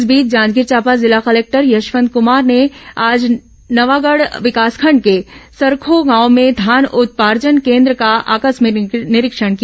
इस बीच जांजगीर चांपा जिला कलेक्टर यशवंत कुमार ने आज नवागढ़ विकासखंड के सरखो गांव में धान उपार्जन केन्द्र का आकस्मिक निरीक्षण किया